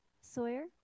Sawyer